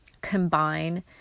combine